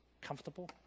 comfortable